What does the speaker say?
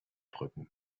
drücken